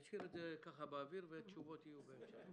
אשאיר את זה כך באוויר ותשובות יהיו בהמשך.